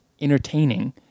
entertaining